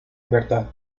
verdad